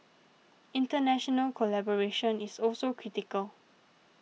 international collaboration is also critical